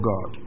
God